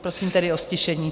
Prosím tedy o ztišení.